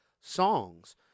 songs